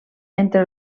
entre